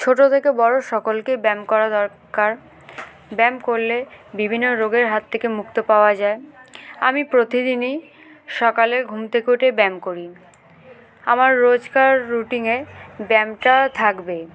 ছোট থেকে বড় সকলকে ব্যায়াম করা দরকার ব্যায়াম করলে বিভিন্ন রোগের হাত থেকে মুক্তি পাওয়া যায় আমি প্রতিদিনই সকালে ঘুম থেকে উঠে ব্যায়াম করি আমার রোজকার রুটিনে ব্যায়ামটা থাকবে